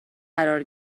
قرار